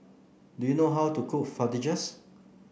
do you know how to cook Fajitas